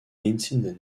incident